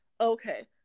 okay